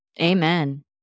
Amen